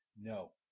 No